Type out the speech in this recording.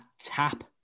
TAP